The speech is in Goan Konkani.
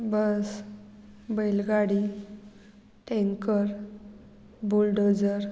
बस बैलगाडी टेंकर बुलडोजर